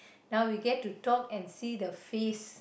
now we get to talk and see the face